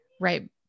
right